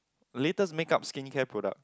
latest make up skin care products